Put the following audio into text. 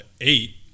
eight